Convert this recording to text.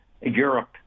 Europe